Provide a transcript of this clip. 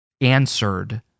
answered